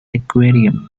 aquarium